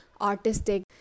artistic